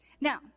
Now